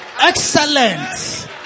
Excellent